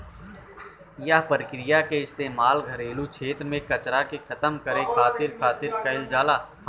एह प्रक्रिया के इस्तेमाल घरेलू क्षेत्र में कचरा के खतम करे खातिर खातिर कईल जाला